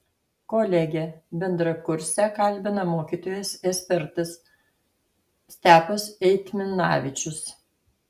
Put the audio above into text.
kolegę bendrakursę kalbina mokytojas ekspertas stepas eitminavičius